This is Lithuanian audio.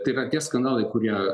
tai yra tie skandalai kurie